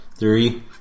Three